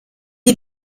die